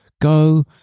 go